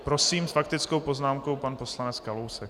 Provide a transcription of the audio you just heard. Prosím, s faktickou poznámkou pan poslanec Kalousek.